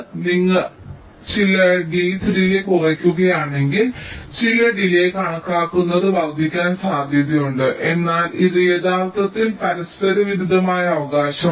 ഞങ്ങൾ ചില gate delay കുറയ്ക്കുകയാണെങ്കിൽ ചില ഡിലേയ് കണക്കാക്കുന്നത് വർദ്ധിക്കാൻ സാധ്യതയുണ്ട് എന്നാൽ ഇത് യഥാർത്ഥത്തിൽ പരസ്പരവിരുദ്ധമായ അവകാശമാണ്